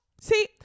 See